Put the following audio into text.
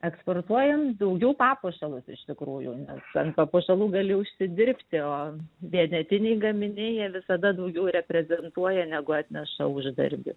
eksportuojam daugiau papuošalus iš tikrųjų ten papuošalų gali užsidirbti o vienetiniai gaminiai jie visada daugiau reprezentuoja negu atneša uždarbį